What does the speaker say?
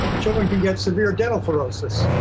children can get severe dental fluorosis.